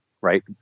right